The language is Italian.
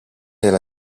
della